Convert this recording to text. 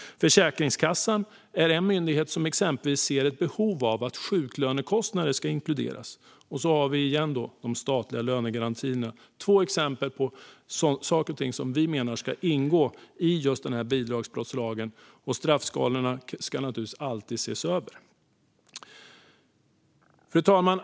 Försäkringskassan är exempelvis en myndighet som ser ett behov av att sjuklönekostnader ska inkluderas, och så har vi igen då de statliga lönegarantierna. Detta är två exempel på saker och ting som vi menar ska ingå i bidragsbrottslagen, och straffskalorna ska naturligtvis alltid ses över. Fru talman!